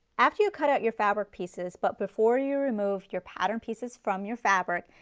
after you cut out your fabric pieces, but before you remove your pattern pieces from your fabric,